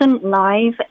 live